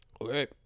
okay